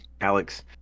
Alex